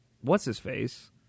What's-his-face